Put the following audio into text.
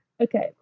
Okay